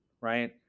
Right